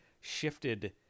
shifted